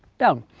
down.